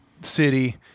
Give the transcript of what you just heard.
city